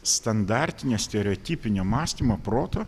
standartinio stereotipinio mąstymo proto